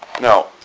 Now